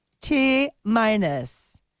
T-minus